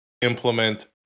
implement